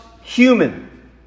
human